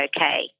okay